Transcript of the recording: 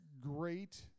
great